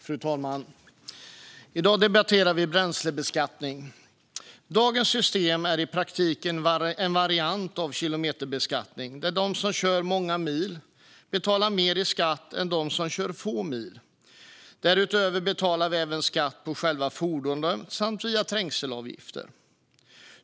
Fru talman! I dag debatterar vi bränslebeskattning. Dagens system är i praktiken en variant av kilometerbeskattning, där de som kör många mil betalar mer i skatt än de som kör få mil. Därutöver betalar vi även skatt på själva fordonet samt via trängselavgifter.